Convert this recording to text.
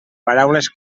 paraules